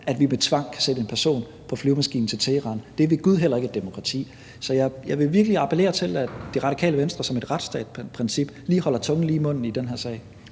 at vi med tvang kan sætte en person på flyvemaskinen til Teheran. Det er ved gud heller ikke et demokrati. Så jeg vil virkelig appellere til, at Radikale Venstre ud fra et retsstatsprincip lige holder tungen lige i munden i den her sag.